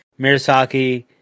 mirasaki